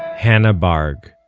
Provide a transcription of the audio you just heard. hannah barg.